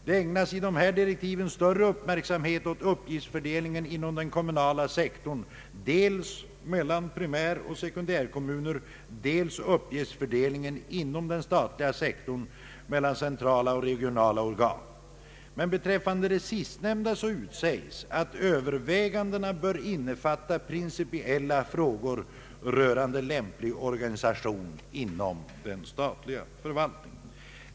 Det ägnas i de här direktiven större uppmärksamhet dels åt uppgiftsfördelningen inom den kommunala sektorn mellan primäroch sekundärkommuner, dels åt uppgiftsfördelningen inom den statliga sektorn mellan centrala och regionala organ, men beträffande det sistnämnda utsägs att övervägandena bör innefatta principiella frågor rörande lämplig organisation inom den statliga förvaltningen.